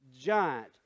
giant